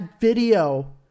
video